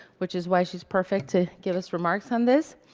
which is why she's perfect to give us remarks on this,